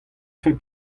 fell